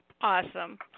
awesome